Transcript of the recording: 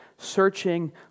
searching